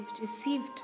received